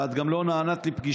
ואת גם לא נענית לבקשתם.